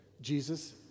Jesus